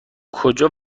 کجا